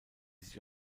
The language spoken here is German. sich